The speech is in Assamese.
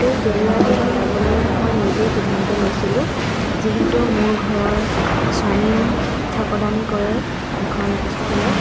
এই কেৰিয়াৰ পথত যাবলৈ মই নিজেই সিদ্ধান্ত লৈছিলোঁ যিহেতু মোৰ ঘৰৰ স্বামীয়েও শিক্ষা প্ৰদানেই কৰে এখন স্কুলত